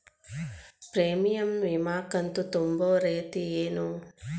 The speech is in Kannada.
ಪ್ರೇಮಿಯಂ ವಿಮಾ ಕಂತು ತುಂಬೋ ರೇತಿ ಏನು?